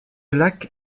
lac